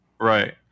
Right